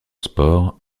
sports